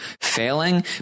failing